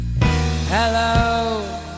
Hello